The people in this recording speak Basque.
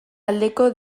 aldeko